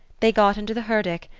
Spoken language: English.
they got into the herdic,